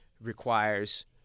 requires